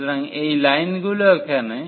সুতরাং এই লাইনগুলো এখানে